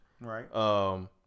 Right